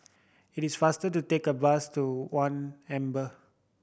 it is faster to take a bus to One Amber